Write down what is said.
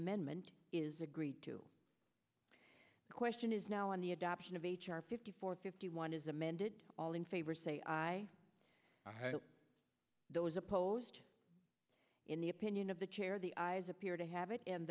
amendment is agreed to the question is now on the adoption of h r fifty four fifty one is amended all in favor say aye those opposed in the opinion of the chair the eyes appear to have it and